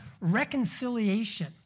reconciliation